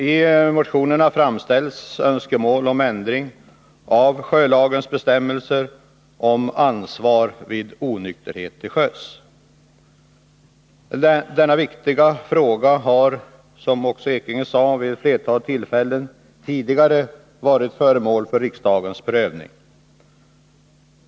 I motionerna framförs önskemål om ändring av sjölagens bestämmelser om ansvar vid onykterhet till sjöss. Denna viktiga fråga har, som också Bernt Ekinge sade, vid ett flertal tillfällen tidigare varit föremål för riksdagens prövning.